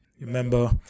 Remember